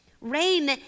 rain